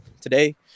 today